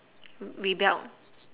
rebelled